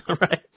right